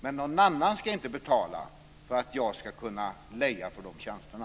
Men någon annan ska inte betala för att jag ska kunna leja någon för de tjänsterna.